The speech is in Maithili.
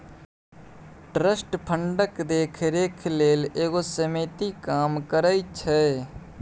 ट्रस्ट फंडक देखरेख लेल एगो समिति काम करइ छै